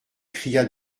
cria